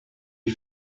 you